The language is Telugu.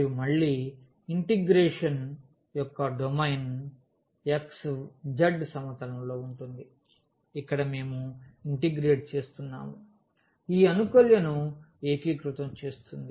మరియు మళ్ళీ ఇంటిగ్రేషన్ యొక్క డొమైన్ xz సమతలంలో ఉంటుంది ఇక్కడ మేము ఇంటిగ్రేట్ చేస్తున్నాము ఈ అనుకల్యను ఏకీకృతం చేస్తుంది